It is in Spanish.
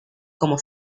como